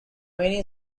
many